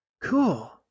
cool